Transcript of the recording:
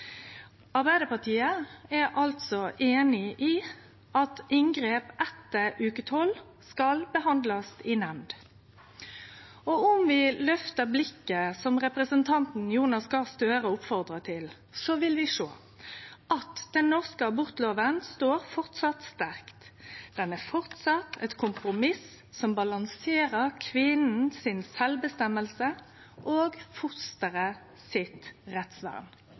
Arbeidarpartiet er altså einig i at inngrep etter veke 12 skal behandlast i nemnd. Om vi løfter blikket, som representanten Jonas Gahr Støre oppfordra til, vil vi sjå at den norske abortlova framleis står sterkt. Lova er framleis eit kompromiss som balanserer retten for kvinna til å bestemme sjølv og